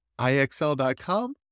IXL.com